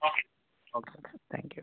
ah okay sir thank you